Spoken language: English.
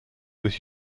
was